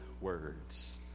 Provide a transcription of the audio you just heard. words